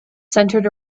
centered